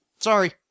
Sorry